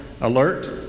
alert